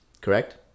correct